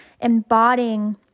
embodying